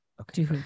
okay